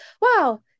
wow